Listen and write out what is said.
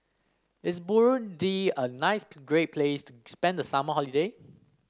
is Burundi a nice great place to spend the summer holiday